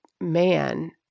man